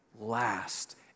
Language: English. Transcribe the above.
last